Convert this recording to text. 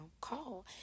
call